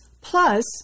plus